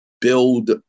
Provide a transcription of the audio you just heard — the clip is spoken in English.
build